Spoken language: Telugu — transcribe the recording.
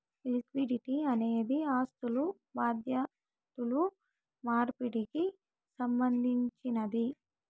లిక్విడిటీ అనేది ఆస్థులు బాధ్యతలు మార్పిడికి సంబంధించినది